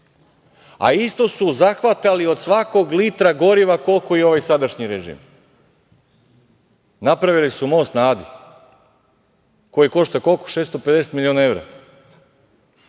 a isto su zahvatali od svakog litra goriva koliko i ovaj sadašnji režim. Napravili su most na Adi, koji košta, koliko, 650 miliona evra.